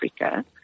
Africa